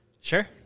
Sure